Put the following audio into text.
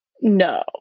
No